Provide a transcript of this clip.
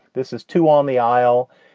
this is two on the aisle.